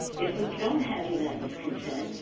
if we don't have unanimous consent,